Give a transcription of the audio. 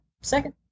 second